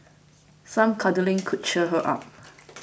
some cuddling could cheer her up